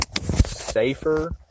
safer